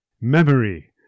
Memory